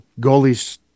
goalies